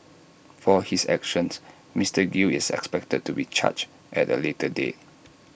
for his actions Mister gill is expected to be charged at A later date